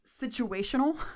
situational